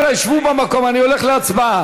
חברים, שבו במקום, אני הולך להצבעה.